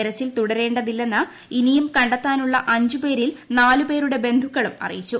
തെരച്ചിൽ തുടരേണ്ടതില്ലെന്ന് ഇനിയും കണ്ടെത്താനുള്ള അഞ്ചുപേരിൽ നാലുപേരുടെ ബന്ധുക്കളും അറിയിച്ചു